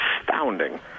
astounding